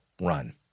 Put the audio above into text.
run